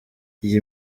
iyi